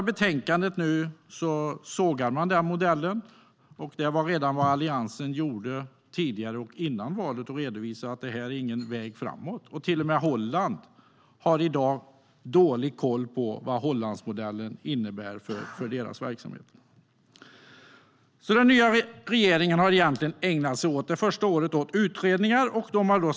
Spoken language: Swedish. I betänkandet sågas nu den modellen. Det gjorde Alliansen redan före valet och redovisade att det inte är en väg framåt. Till och med Holland har i dag dålig koll på vad Hollandsmodellen innebär för deras verksamhet. Det som den nya regeringen har ägnat sig åt det första året är egentligen utredningar.